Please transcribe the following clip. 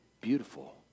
beautiful